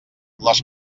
les